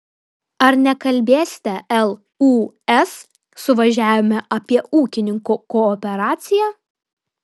ar nekalbėsite lūs suvažiavime apie ūkininkų kooperaciją